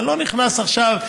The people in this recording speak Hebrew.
אני לא נכנס עכשיו,